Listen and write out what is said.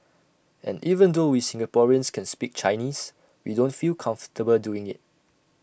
and even though we Singaporeans can speak Chinese we don't feel comfortable doing IT